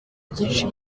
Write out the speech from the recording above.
byinshi